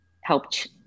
helped